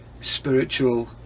spiritual